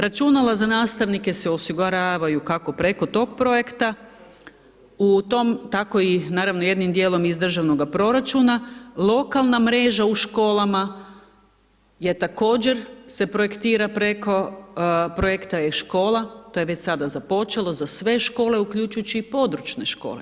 Računala za nastavnike se osiguravaju, kako preko tog projekta, u tom tako i, naravno jednom dijelom iz državnoga proračuna, lokalna mreža u školama je također se projektira preko projekta e-škola, to je već sada započelo za sve škole uključujući i područne škole.